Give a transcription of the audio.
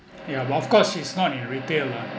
yeah but of course she's not in retail lah